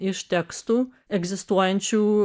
iš tekstų egzistuojančių